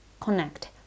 connect